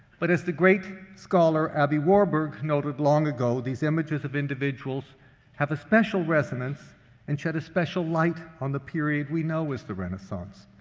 but as the great scholar aby warburg noted long ago, these images of individuals have special resonance and shed a special light on the period we know as the renaissance.